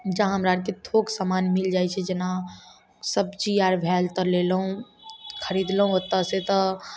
जहाँ हमरा आरके थोक सामान मिल जाय छै जेना सब्जी आर भेल तऽ लेलहुँ खरीदलहुँ ओतऽ सँ तऽ